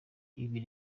bijya